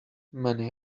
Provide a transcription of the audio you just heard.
many